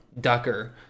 Ducker